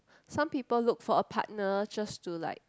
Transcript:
some people look for a partner just to like